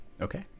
okay